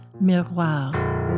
Miroir